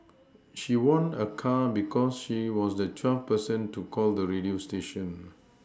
she won a car because she was the twelfth person to call the radio station